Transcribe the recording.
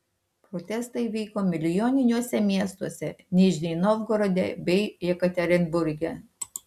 protestai vyko ir milijoniniuose miestuose nižnij novgorode bei jekaterinburge